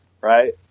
right